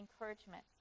encouragement